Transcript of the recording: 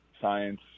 science